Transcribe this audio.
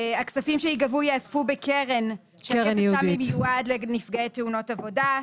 הכספים שייגבו יאספו בקרן שהכסף שם מיועד לנפגעי תאונות עבודה.